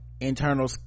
internal